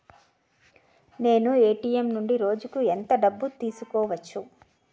నేను ఎ.టి.ఎం నుండి రోజుకు ఎంత డబ్బు తీసుకోవచ్చు?